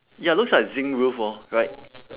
ya looks like a zinc roof hor right